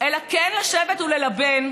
אלא כן לשבת וללבן,